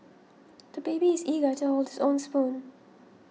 the baby is eager to hold his own spoon